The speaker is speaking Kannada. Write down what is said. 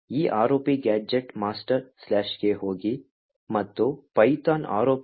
ಈ ROPGadget masterಗೆ ಹೋಗಿ ಮತ್ತು python ROPgadget